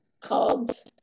called